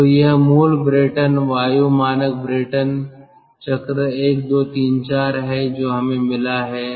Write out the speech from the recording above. तो यह मूल ब्रेटन वायु मानक ब्रेटन चक्र 1 2 3 4 है जो हमें मिला है